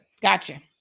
gotcha